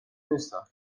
نیستم